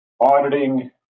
Auditing